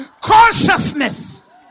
Consciousness